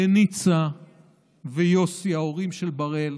לניצה ויוסי, ההורים של בראל,